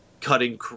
cutting